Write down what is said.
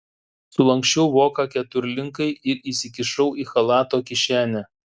sulanksčiau voką keturlinkai ir įsikišau į chalato kišenę